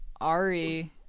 Ari